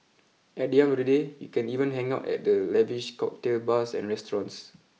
at the end of the day you can even hang out at the lavish cocktail bars and restaurants